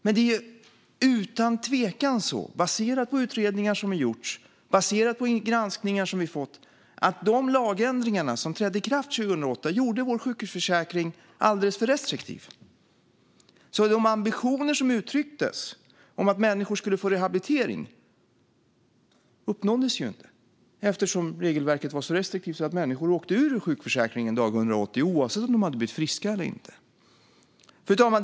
Men det är utan tvekan så, baserat på utredningar som har gjorts och baserat på granskningar som vi har fått, att de lagändringar som trädde i kraft 2008 gjorde vår sjukförsäkring alldeles för restriktiv. De ambitioner som uttrycktes om att människor skulle få rehabilitering uppnåddes inte, eftersom regelverket var så restriktivt att människor åkte ur sjukförsäkringen dag 180 oavsett om de hade blivit friska eller inte. Fru talman!